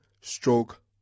stroke